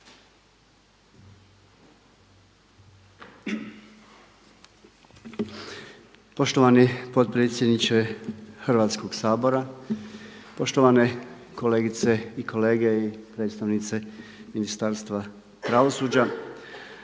Poštovani potpredsjedniče Hrvatskog sabora, poštovane kolegice i kolege i predstavnice Ministarstva pravosuđa.